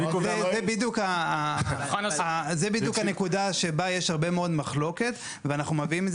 זה בדיוק הנקודה שבה יש הרבה מאוד מחלוקת ואנחנו מביאים את